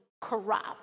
corrupt